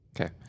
Okay